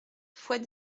fois